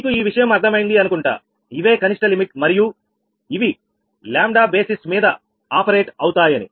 మీకు ఈ విషయం అర్థమైంది అనుకుంటా ఇవే కనిష్ట లిమిట్ మరియు ఇవి λ బేసిస్ మీద ఆపరేట్ అవుతాయని